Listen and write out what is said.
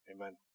Amen